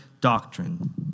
doctrine